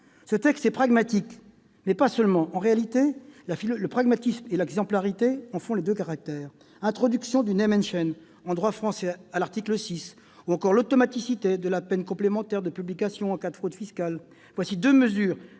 Ce texte est pragmatique, mais il n'est pas que cela. En réalité, le pragmatisme et l'exemplarité en sont les deux caractères. Je pense à l'introduction du en droit français, à l'article 6, ou encore à l'automaticité de la peine complémentaire de publication en cas de fraude fiscale. Ce sont là deux mesures